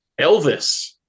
Elvis